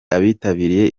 abitabiriye